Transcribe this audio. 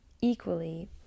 equally